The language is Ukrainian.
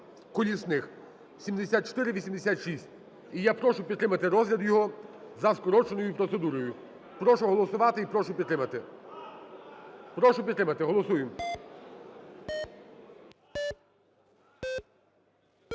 колісних (7486). І я прошу підтримати розгляд його за скороченою процедурою. Прошу голосувати і прошу підтримати. Прошу підтримати, голосуємо.